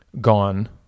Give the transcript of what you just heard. gone